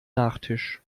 nachtisch